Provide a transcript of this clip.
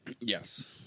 Yes